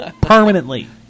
Permanently